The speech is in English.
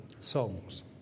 songs